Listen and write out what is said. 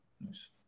nice